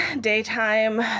daytime